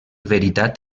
veritat